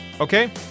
Okay